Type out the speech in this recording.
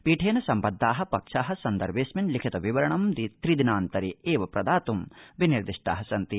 पीठेन सम्बद्धा पक्षा सन्दर्भेऽस्मिन् लिखितविवरणं त्रिदिनान्तरे एव प्रदातुमपि विनिर्दिष्टा सन्ति